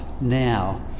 now